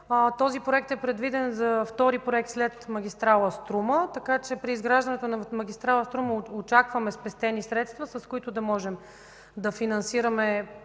Този проект е предвиден за втори проект след магистрала „Струма”, така че при изграждането на магистрала „Струма” очакваме спестени средства, с които да можем да финансираме